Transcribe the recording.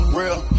real